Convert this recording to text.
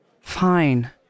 Fine